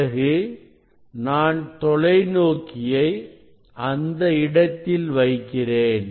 பிறகு நான் தொலைநோக்கியை அந்த இடத்தில் வைக்கிறேன்